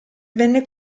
venne